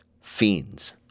Fiends